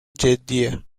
جدیه